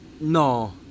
No